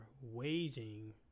waging